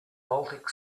baltic